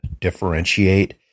differentiate